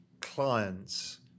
clients